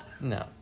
No